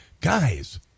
Guys